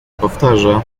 powtarza